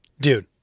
Dude